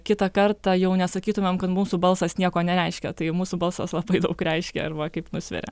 kitą kartą jau nesakytumėm kad mūsų balsas nieko nereiškia tai mūsų balsas labai daug reiškia arba kaip nusveria